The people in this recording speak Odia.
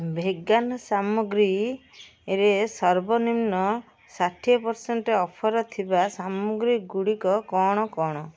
ଭେଗାନ୍ ସାମଗ୍ରୀ ରେ ସର୍ବନିମ୍ନ ଷାଠିଏ ପରସେଣ୍ଟ୍ ଅଫର୍ ଥିବା ସାମଗ୍ରୀଗୁଡ଼ିକ କ'ଣ କ'ଣ